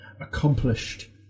accomplished